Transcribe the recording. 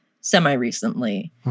semi-recently